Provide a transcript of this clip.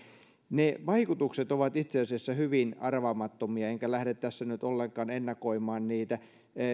ne vaikutukset ovat itse asiassa hyvin arvaamattomia enkä lähde tässä nyt ollenkaan ennakoimaan niitä